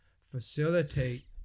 facilitate